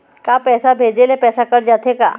का पैसा भेजे ले पैसा कट जाथे का?